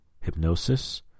hypnosis